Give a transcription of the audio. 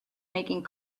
making